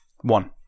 one